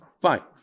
Fine